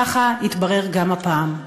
ככה יתברר גם הפעם.